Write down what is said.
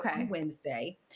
Wednesday